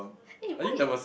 eh why